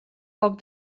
poc